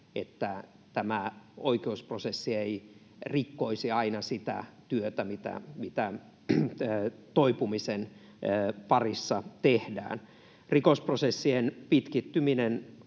että tämä oikeusprosessi ei rikkoisi aina sitä työtä, mitä toipumisen parissa tehdään. Rikosprosessien pitkittyminen